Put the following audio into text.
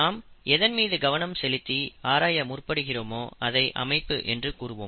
நாம் எதன் மீது கவனம் செலுத்தி ஆராய முற்படுகிறோமோ அதை அமைப்பு என்று கூறுவோம்